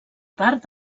part